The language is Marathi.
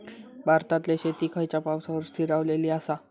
भारतातले शेती खयच्या पावसावर स्थिरावलेली आसा?